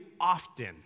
often